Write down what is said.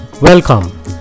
Welcome